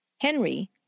Henry